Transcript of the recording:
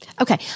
Okay